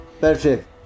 Perfect